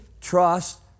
trust